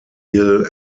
hill